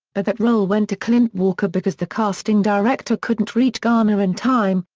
but that role went to clint walker because the casting director couldn't reach garner in time,